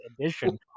edition